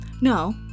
No